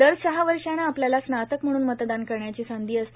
दर सहा वर्षाने आपल्याला स्नातक म्हणून मतदान करण्याची संधी असते